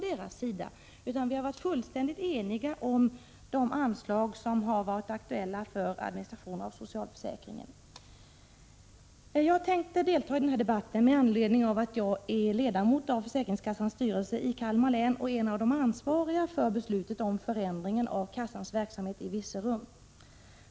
Vi har varit fullständigt eniga om de anslag som har varit aktuella för administration av socialförsäkringen. Jag tänkte delta i den här debatten med anledning av att jag är ledamot av försäkringskassans styrelse i Kalmar län och en av de ansvariga för beslutet om förändringen av kassans verksamhet i Virserum.